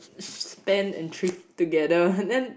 spend and thrift together then